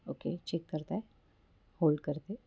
okay check करताय hold करते